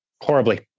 Horribly